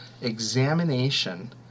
examination